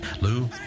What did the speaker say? Lou